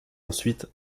ensuite